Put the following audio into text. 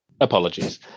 apologies